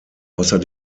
außer